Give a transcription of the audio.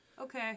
Okay